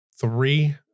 three